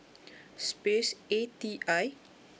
space A T I